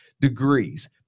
degrees